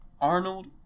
arnold